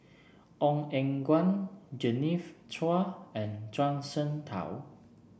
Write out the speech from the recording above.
Ong Eng Guan Genevieve Chua and Zhuang Shengtao